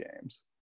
games